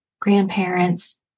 grandparents